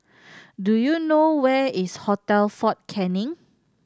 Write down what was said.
do you know where is Hotel Fort Canning